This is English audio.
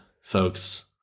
folks